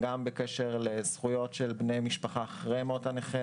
גם בקשר לזכויות של בני משפחה אחרי מות הנכה,